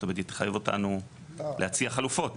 היא תחייב אותנו להציע חלופות.